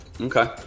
Okay